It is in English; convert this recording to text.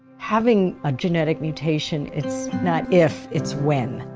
having a genetic mutation, it's not if, it's when.